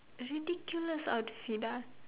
ridiculous outfit ah